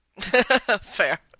fair